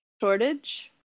shortage